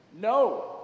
No